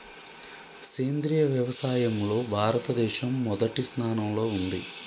సేంద్రియ వ్యవసాయంలో భారతదేశం మొదటి స్థానంలో ఉంది